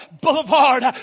Boulevard